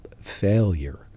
failure